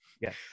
Yes